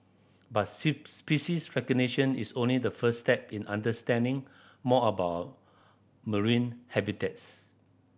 but species recognition is only the first step in understanding more about marine habitats